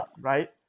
Right